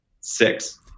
six